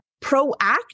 proactive